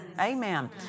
Amen